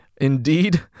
Indeed